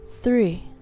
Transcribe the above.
three